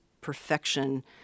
perfection